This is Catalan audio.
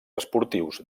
esportius